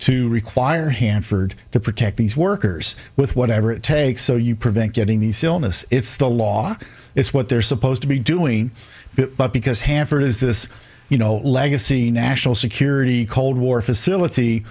to require hanford to protect these workers with whatever it takes so you prevent getting these illness it's the law it's what they're supposed to be doing but because hanford is this you know legacy national security cold war facility